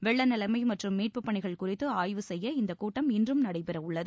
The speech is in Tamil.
வெள்ள நிலைமை மற்றும் மீட்பு பணிகள் குறித்து ஆய்வு செய்ய இந்த கூட்டம் இன்றும் நடைபெறவுள்ளது